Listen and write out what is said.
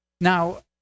Now